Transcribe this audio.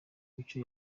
imico